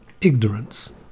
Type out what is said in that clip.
Ignorance